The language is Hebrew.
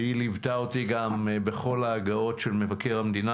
ופלורינה ליוותה אותי בכל המפגשים עם מבקר המדינה